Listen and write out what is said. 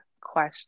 question